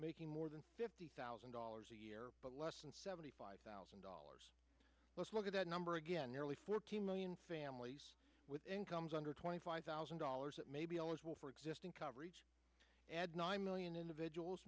making more than fifty thousand dollars a year but less than seventy five thousand dollars let's look at that number again nearly fourteen million families with incomes under twenty five thousand dollars that may be eligible for existing coverage add nine million individuals